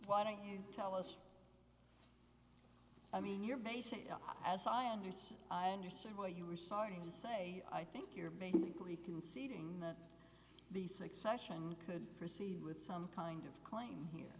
why don't you tell us i mean you're basically as i understood i understood what you were starting to say i think you're basically conceding that the succession could proceed with some kind of claim here